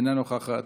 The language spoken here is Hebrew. אינה נוכחת,